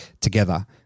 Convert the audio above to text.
together